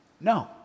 No